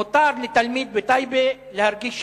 מותר לתלמיד בטייבה להרגיש שווה.